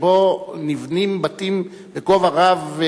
שבו נבנים בתים לגובה רב.